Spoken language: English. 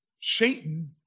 Satan